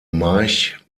march